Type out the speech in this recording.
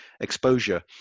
exposure